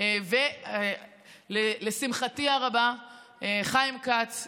ולשמחתי הרבה חיים כץ,